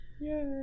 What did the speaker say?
yay